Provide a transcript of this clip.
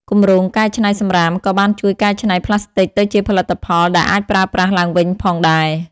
គម្រោង "កែច្នៃសំរាម" ក៏បានជួយកែច្នៃប្លាស្ទិកទៅជាផលិតផលដែលអាចប្រើប្រាស់ឡើងវិញផងដែរ។